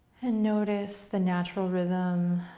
and notice the natural rhythm,